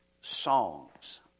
songs